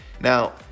now